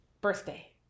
birthday